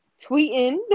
tweeting